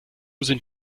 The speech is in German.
sind